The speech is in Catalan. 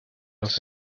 als